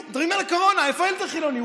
מדברים על הקורונה, איפה הילד החילוני?